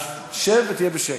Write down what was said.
אז שב ותהיה בשקט.